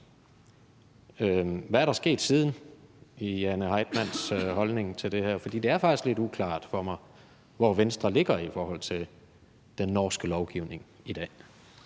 Hvad er der sket siden i Jane Heitmanns holdning til det her? For det er faktisk lidt uklart for mig, hvor Venstre ligger i forhold til den norske lovgivning i dag.